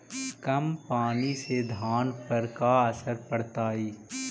कम पनी से धान पर का असर पड़तायी?